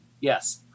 Yes